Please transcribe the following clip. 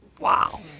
Wow